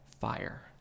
fire